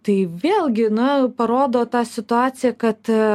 tai vėlgi na parodo tą situaciją kad